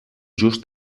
just